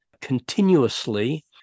continuously